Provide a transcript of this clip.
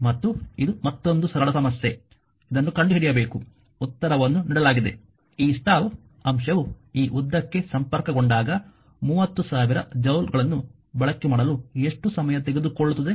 ಮತ್ತು ಇದು ಮತ್ತೊಂದು ಸರಳ ಸಮಸ್ಯೆ ಇದನ್ನು ಕಂಡುಹಿಡಿಯಬೇಕು ಉತ್ತರವನ್ನು ನೀಡಲಾಗಿದೆ ಈ ಸ್ಟೌವ್ ಅಂಶವು ಈ ಉದ್ದಕ್ಕೆ ಸಂಪರ್ಕಗೊಂಡಾಗ 30000 ಜೌಲ್ಗಳನ್ನು ಬಳಕೆ ಮಾಡಲು ಎಷ್ಟು ಸಮಯ ತೆಗೆದುಕೊಳ್ಳುತ್ತದೆ